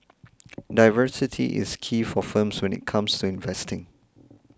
diversity is key for firms when it comes to investing